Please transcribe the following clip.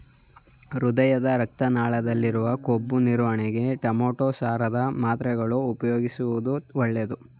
ಹೃದಯದ ರಕ್ತ ನಾಳದಲ್ಲಿರುವ ಕೊಬ್ಬು ನಿವಾರಣೆಗೆ ಟೊಮೆಟೋ ಸಾರದ ಮಾತ್ರೆಗಳನ್ನು ಉಪಯೋಗಿಸುವುದು ಒಳ್ಳೆದು